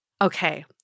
okay